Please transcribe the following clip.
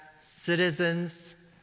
citizens